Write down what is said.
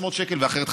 300 שקל ואחרת,